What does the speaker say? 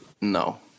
No